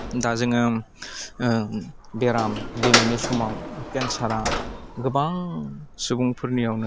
दा जोङो बेराम दिनैनि समाव केन्सारा गोबां सुबुंफोरनियावनो